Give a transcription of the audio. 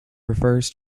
refers